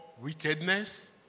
Wickedness